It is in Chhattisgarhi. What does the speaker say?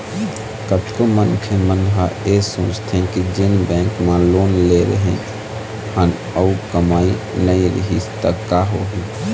कतको मनखे मन ह ऐ सोचथे के जेन बेंक म लोन ले रेहे हन अउ कमई नइ रिहिस त का होही